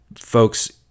folks